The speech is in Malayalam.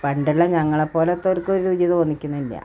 പണ്ടുള്ള ഞങ്ങളെ പോലത്തവർക്ക് രുചി തോന്നിക്കുന്നില്ല